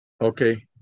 Okay